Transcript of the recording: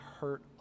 hurt